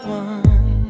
one